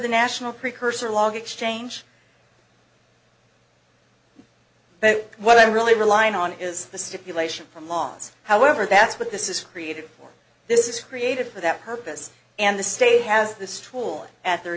the national precursor log exchange but what i really rely on is the stipulation from laws however that's what this is created this is created for that purpose and the state has the stroll at their